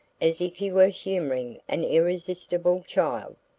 as if he were humouring an irresistible child.